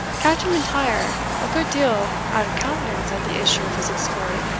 captain m'intyre, a good deal out of countenance at the issue of his exploit,